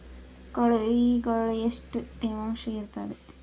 ಕೊಳವಿಗೊಳ ಎಷ್ಟು ತೇವಾಂಶ ಇರ್ತಾದ?